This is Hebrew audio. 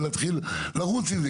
ולהתחיל לרוץ עם זה.